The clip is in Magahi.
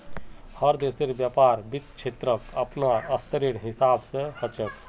हर देशेर व्यापार वित्त क्षेत्रक अपनार स्तरेर हिसाब स ह छेक